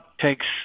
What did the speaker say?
takes